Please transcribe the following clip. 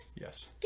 Yes